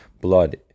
blood